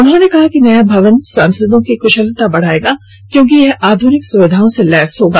उन्होंने कहा कि नया भवन सांसदों की कुशलता बढ़ाएगा क्योंकि यह आधुनिक सुविधाओं से लैस होगा